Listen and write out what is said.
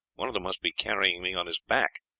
one of them must be carrying me on his back.